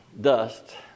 dust